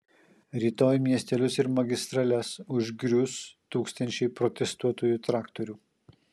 rytoj miestelius ir magistrales užgrius tūkstančiai protestuotojų traktorių